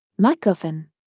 MacGuffin